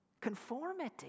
Conformity